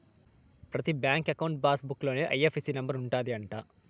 ప్రతి bank account passbook లోనే IFSC number ఉంటది అంట